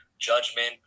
Judgment